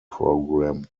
program